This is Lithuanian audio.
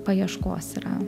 paieškos yra